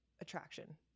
Attraction